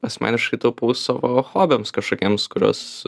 asmeniškai taupau savo hobiams kažkokiems kuriuos